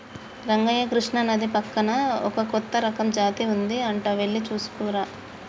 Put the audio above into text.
రంగయ్య కృష్ణానది పక్కన ఒక కొత్త రకం జాతి ఉంది అంట వెళ్లి తీసుకురానా